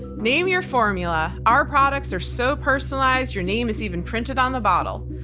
name your formula. our products are so personalized your name is even printed on the bottle.